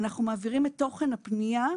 אנחנו מעבירים את תוכן הפנייה,